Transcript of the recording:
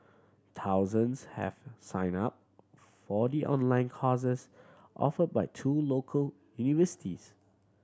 thousands have signed up for the online courses offered by two local universities